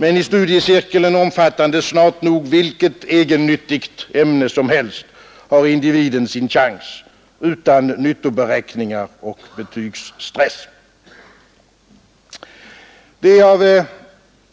Men i studiecirkeln, omfattande snart nog vilket egennyttigt ämne som helst, har individen sin chans utan nyttoberäkningar och betygsstress. Det är av